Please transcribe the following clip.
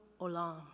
olam